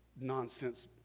nonsense